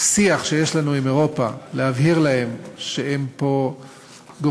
שיח שיש לנו עם אירופה להבהיר להם שהם פה גורמים